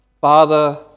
Father